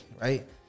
right